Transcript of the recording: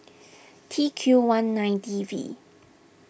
T Q one nine D V